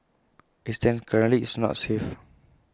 as IT stands currently IT is not safe